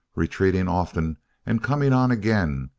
retreating often and coming on again,